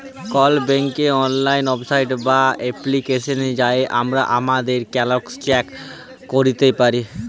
call ব্যাংকের অললাইল website বা এপ্লিকেশলে যাঁয়ে আমরা আমাদের ব্যাল্যাল্স চ্যাক ক্যইরতে পারি